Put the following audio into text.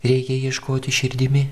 reikia ieškoti širdimi